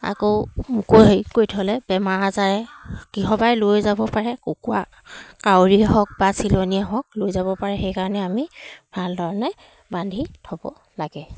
আকৌ মুক হেৰি কৰি থ'লে বেমাৰ আজাৰে কিহবাই লৈ যাব পাৰে কুকুৰা কাউৰীয়ে হওক বা চিলনীয়ে হওক লৈ যাব পাৰে সেইকাৰণে আমি ভাল ধৰণে বান্ধি থ'ব লাগে